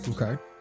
okay